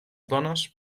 dones